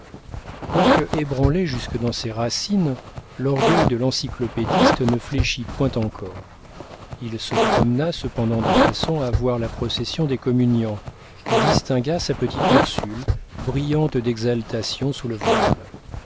quoique ébranlé jusque dans ses racines l'orgueil de l'encyclopédiste ne fléchit point encore il se promena cependant de façon à voir la procession des communiants et distingua sa petite ursule brillante d'exaltation sous le voile